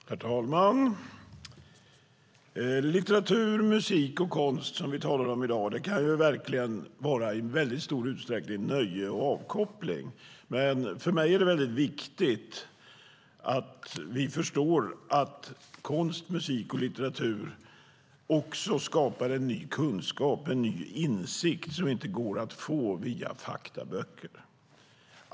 Herr talman! Litteratur, musik och konst, som vi talar om i dag, kan i stor utsträckning vara nöje och avkoppling. Men för mig är det viktigt att vi förstår att konst, musik och litteratur också skapar en ny kunskap och en ny insikt som inte går att få via faktaböcker.